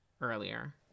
earlier